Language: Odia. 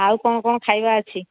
ଆଉ କ'ଣ କ'ଣ ଖାଇବା ଅଛି